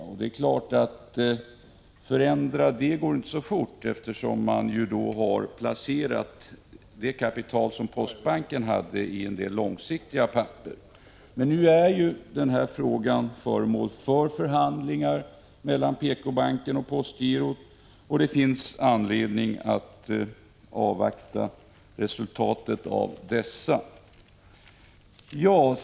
Förändringen går naturligtvis inte så fort, eftersom man har placerat det kapital som Postbanken hade i en del långsiktiga papper. Nu är frågan föremål för förhandlingar mellan PK-banken och postgirot. 133 Det finns anledning att avvakta resultatet av dessa.